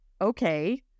okay